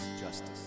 justice